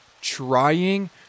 trying